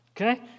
Okay